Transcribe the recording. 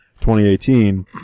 2018